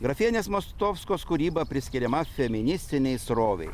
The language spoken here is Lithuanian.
grafienės mostovskos kūryba priskiriama feministinei srovei